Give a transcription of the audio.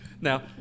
Now